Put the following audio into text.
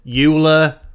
Euler